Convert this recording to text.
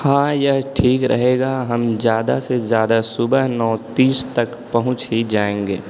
हाँ यह ठीक रहेगा हम ज़्यादा से ज़्यादा सुबह नौ तीस तक पहुँच ही जाएँगे